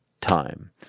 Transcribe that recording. Time